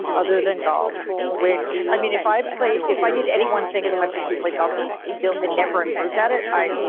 other than gall's, which i mean, if i play if i did any one thing as much as he played golf and was still and never improve that it i,